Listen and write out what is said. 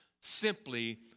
simply